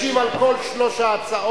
ישיב על כל שלוש ההצעות